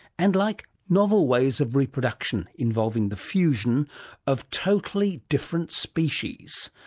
and like novel ways of reproduction involving the fusion of totally different species,